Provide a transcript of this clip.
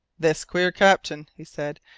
this queer captain, he said,